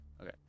Okay